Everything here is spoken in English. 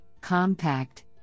compact